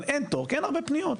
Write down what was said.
אבל אין תור כי אין הרבה פניות.